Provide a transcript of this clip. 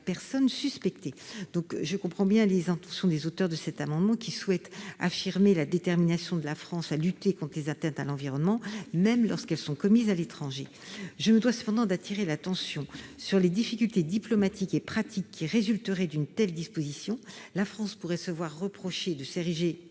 Je comprends bien l'intention des auteurs de cet amendement, qui souhaitent affirmer la détermination de la France à lutter contre les atteintes à l'environnement, même lorsqu'elles sont commises à l'étranger. Néanmoins, je me dois de signaler les difficultés diplomatiques et pratiques qui résulteraient de l'adoption d'une telle disposition : la France pourrait se voir reprocher de s'ériger